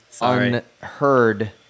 unheard